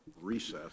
recess